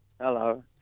Hello